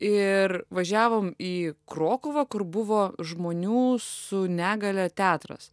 ir važiavom į krokuvą kur buvo žmonių su negalia teatras